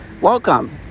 welcome